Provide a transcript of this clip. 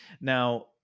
Now